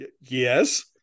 yes